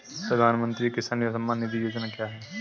प्रधानमंत्री किसान सम्मान निधि योजना क्या है?